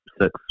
six